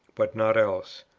but not else.